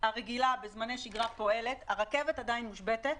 הרגילה בזמני שגרה פועלת הרכבת עדיין מושבתת.